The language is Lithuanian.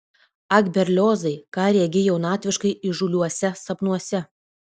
ak berliozai ką regi jaunatviškai įžūliuose sapnuose